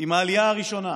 עם העלייה הראשונה,